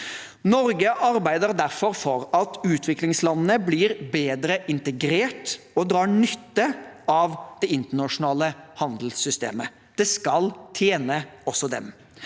Norge arbeider derfor for at utviklingslandene skal bli bedre integrert og dra nytte av det internasjonale handelssystemet. Det skal tjene også dem.